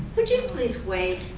would you please wait?